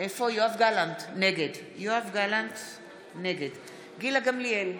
נגד גילה גמליאל,